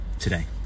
today